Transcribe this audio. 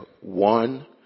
One